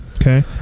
Okay